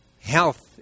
health